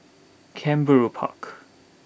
Canberra Park